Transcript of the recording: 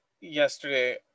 yesterday